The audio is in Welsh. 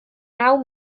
naw